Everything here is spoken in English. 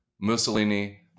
Mussolini